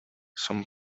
son